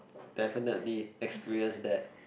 definitely experienced dad